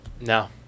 No